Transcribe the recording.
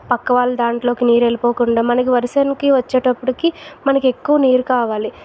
పక్క వాళ్ళ దాంట్లోకి నీరు వెళ్ళిపోకుండా మనకి వరిసేనుకి వచ్చేటప్పటికి మనకి ఎక్కువ నీరు కావాలి